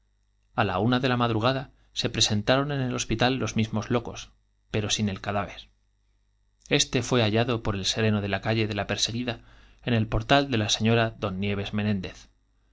a la una de la madrugada se presentaron en el hospital los mismos locos pero sin el cadáver este fué hallado por el sereno de la calle de la perseguida en el portal de la sra da nieves menéndez